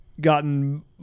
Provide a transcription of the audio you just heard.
gotten